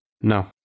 No